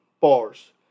Bars